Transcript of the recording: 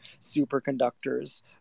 superconductors